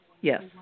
Yes